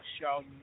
show